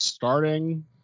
Starting